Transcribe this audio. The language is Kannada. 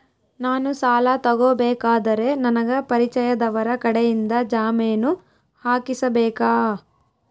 ನಾನು ಸಾಲ ತಗೋಬೇಕಾದರೆ ನನಗ ಪರಿಚಯದವರ ಕಡೆಯಿಂದ ಜಾಮೇನು ಹಾಕಿಸಬೇಕಾ?